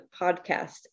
podcast